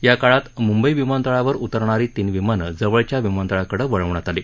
या काळात मुंबई विमानतळावर उतरणारी तीन विमानं जवळच्या विमानतळांकडे वळवण्यात आली